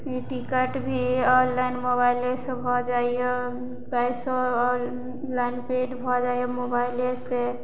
ticket भी online मोबाइले से भऽ जाइया पैसो ऑनलाइन पेड भऽ जाइया मोबाइले से